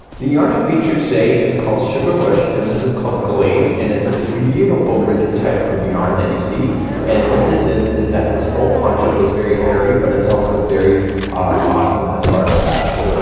the yarn of feature today is called sugar bush and this is called glaze and it's a beautiful ribbon type of yarn that you see and what this is is that this whole poncho is very airy, but it's also very awesome, as far as fashion.